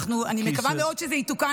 אני מקווה מאוד שזה יתוקן,